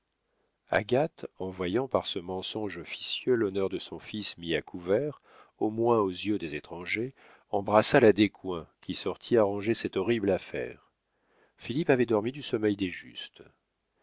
agathe en voyant par ce mensonge officieux l'honneur de son fils mis à couvert au moins aux yeux des étrangers embrassa la descoings qui sortit arranger cette horrible affaire philippe avait dormi du sommeil des justes